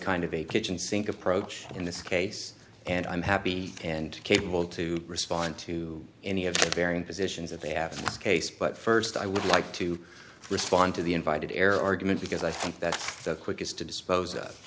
kind of a kitchen sink approach in this case and i'm happy and capable to respond to any of the bearing positions that they have case but first i would like to respond to the invited error argument because i think that's the quickest to dispose of